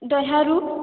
ଦେହ୍ୟାରୁ